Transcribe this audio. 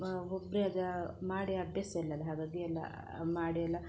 ಒಬ್ಬರೇ ಅದು ಮಾಡಿ ಅಭ್ಯಾಸ ಇಲ್ಲಲ್ಲ ಹಾಗಾಗಿ ಎಲ್ಲ ಮಾಡಿ ಎಲ್ಲ